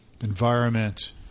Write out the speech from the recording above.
environment